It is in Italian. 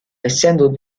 essendo